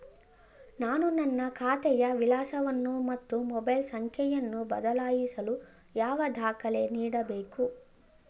ನಾನು ನನ್ನ ಖಾತೆಯ ವಿಳಾಸವನ್ನು ಮತ್ತು ಮೊಬೈಲ್ ಸಂಖ್ಯೆಯನ್ನು ಬದಲಾಯಿಸಲು ಯಾವ ದಾಖಲೆ ನೀಡಬೇಕು?